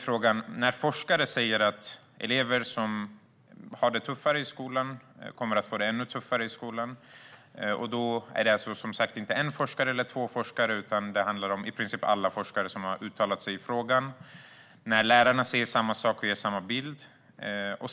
Forskare säger att elever som har det tufft i skolan kommer att få det ännu tuffare. Det är som sagt inte en eller två forskare utan i princip alla forskare som har uttalat sig i frågan. Lärarna säger samma sak och ger samma bild.